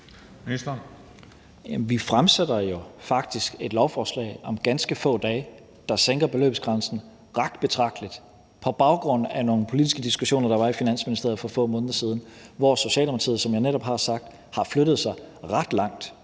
vi fremsætter jo faktisk om ganske få dage et lovforslag, der sænker beløbsgrænsen ret betragteligt, på baggrund af nogle politiske diskussioner, der var i Finansministeriet for få måneder siden, hvor Socialdemokratiet, som jeg netop har sagt, har flyttet sig ret langt.